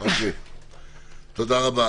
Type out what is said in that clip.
תודה רבה.